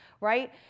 right